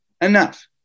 enough